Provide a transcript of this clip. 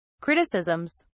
Criticisms